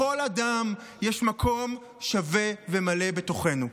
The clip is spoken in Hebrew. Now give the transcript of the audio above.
לכל אדם יש מקום שווה ומלא בתוכנו.